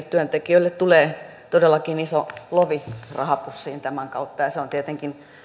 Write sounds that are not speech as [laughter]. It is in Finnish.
[unintelligible] työntekijöille tulee todellakin iso lovi rahapussiin tämän kautta ja se on tietenkin